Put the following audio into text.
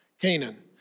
Canaan